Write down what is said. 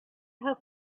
have